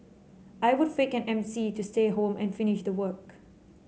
I would fake an M C to stay home and finish the work